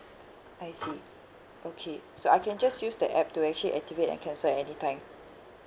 I see okay so I can just use the app to actually activate and cancel any time